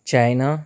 China